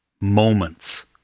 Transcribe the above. moments